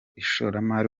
ishoramari